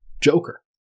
Joker